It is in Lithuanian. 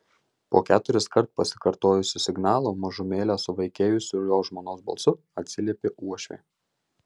po keturiskart pasikartojusio signalo mažumėlę suvaikėjusiu jo žmonos balsu atsiliepė uošvė